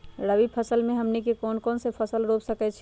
रबी फसल में हमनी के कौन कौन से फसल रूप सकैछि?